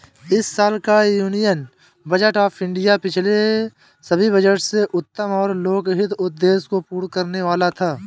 इस साल का यूनियन बजट ऑफ़ इंडिया पिछले सभी बजट से उत्तम और लोकहित उद्देश्य को पूर्ण करने वाला था